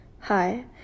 Hi